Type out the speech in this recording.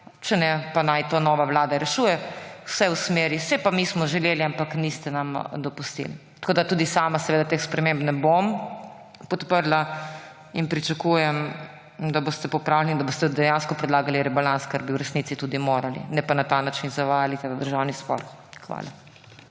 če ne, pa naj to nova vlada rešuje, vse v smeri »saj pa mi smo želeli, ampak niste nam dopustili«. Tudi sama seveda teh sprememb ne bom podprla in pričakujem, da boste popravili in da boste dejansko predlagali rebalans, kar bi v resnici tudi morali, ne pa na ta način zavajali državni zbor. Hvala.